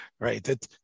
right